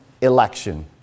election